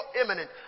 imminent